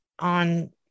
On